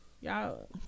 y'all